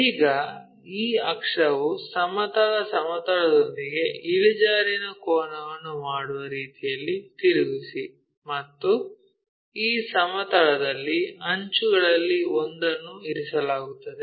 ಈಗ ಈ ಅಕ್ಷವು ಸಮತಲ ಸಮತಲದೊಂದಿಗೆ ಇಳಿಜಾರಿನ ಕೋನವನ್ನು ಮಾಡುವ ರೀತಿಯಲ್ಲಿ ತಿರುಗಿಸಿ ಮತ್ತು ಈ ಸಮತಲದಲ್ಲಿ ಅಂಚುಗಳಲ್ಲಿ ಒಂದನ್ನು ಇರಿಸಲಾಗುತ್ತದೆ